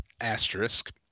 Asterisk